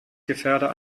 gefährder